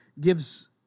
gives